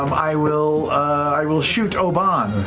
um i will i will shoot obann.